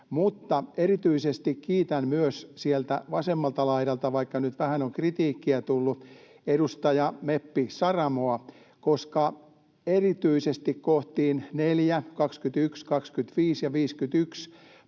Mutta erityisesti kiitän myös sieltä vasemmalta laidalta, vaikka nyt vähän on kritiikkiä tullut, edustaja, meppi Saramoa, koska erityisesti kohtiin 4, 21, 25 ja 51